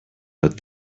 but